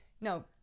No